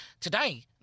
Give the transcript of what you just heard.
today